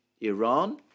Iran